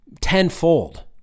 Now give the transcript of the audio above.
tenfold